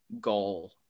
goal